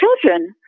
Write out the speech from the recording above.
children